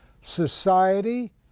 Society